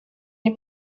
nie